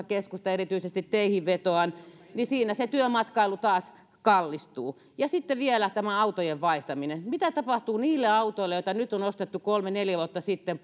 keskusta erityisesti teihin vetoan niin siinä se työmatkailu taas kallistuu ja sitten vielä tämä autojen vaihtaminen mitä tapahtuu niille autoille polttomoottoriautoille joita nyt on ostettu kolme neljä vuotta sitten